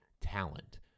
talent